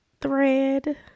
thread